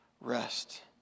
rest